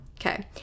okay